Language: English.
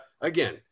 again